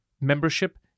membership